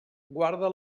guarda